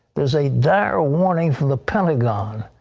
is a dire warning from the pentagon.